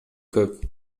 көп